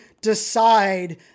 decide